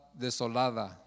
desolada